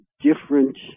different